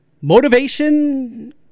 motivation